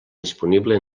disponible